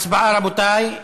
הצבעה, רבותי.